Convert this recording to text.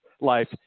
Life